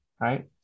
Right